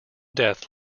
death